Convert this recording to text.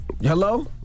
Hello